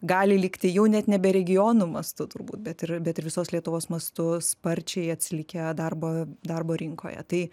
gali likti jau net nebe regionų mastu turbūt bet ir bet ir visos lietuvos mastu sparčiai atsilikę darbo darbo rinkoje tai